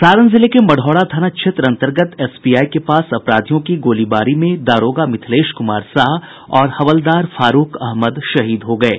सारण जिले के मढ़ौरा थाना क्षेत्र अन्तर्गत एसबीआई के पास अपराधियों की गोलीबारी में दारोगा मिथिलेश कुमार साह और हवलदार फारूख अहमद शहीद हो गये